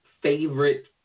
favorite